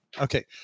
Okay